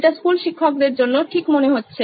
এটি স্কুল শিক্ষকদের জন্য ঠিক মনে হচ্ছে